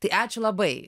tai ačiū labai